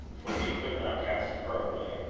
for he could not cast her away.